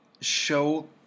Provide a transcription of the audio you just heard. show